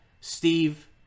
Steve